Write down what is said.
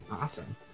awesome